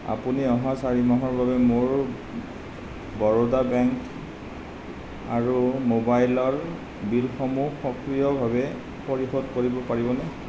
আপুনি অহা চাৰি মাহৰ বাবে মোৰ বৰোডা বেংক আৰু ম'বাইলৰ বিলসমূহ সক্ৰিয়ভাৱে পৰিশোধ কৰিব পাৰিবনে